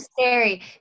scary